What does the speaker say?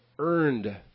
earned